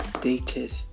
Dated